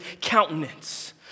countenance